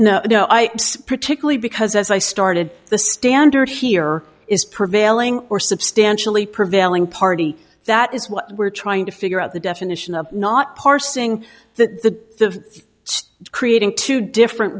no no i particularly because as i started the standard here is prevailing or substantially prevailing party that is what we're trying to figure out the definition of not parsing the creating two different